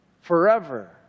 forever